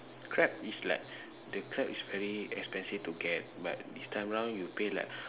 crab is like the crab is very expensive to get but this time round you pay like